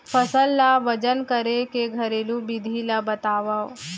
फसल ला वजन करे के घरेलू विधि ला बतावव?